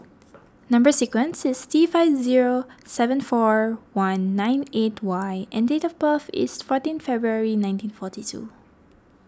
Number Sequence is T five zero seven four one nine eight Y and date of birth is fourteen February nineteen forty two